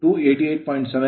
ಆದ್ದರಿಂದ 500288